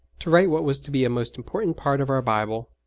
to write what was to be a most important part of our bible.